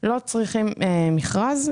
מחצבים לא צריכים מכרז.